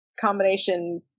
combination